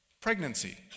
pregnancy